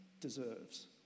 deserves